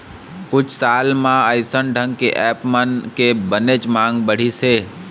कुछ साल म अइसन ढंग के ऐप मन के बनेच मांग बढ़िस हे